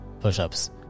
push-ups